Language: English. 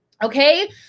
Okay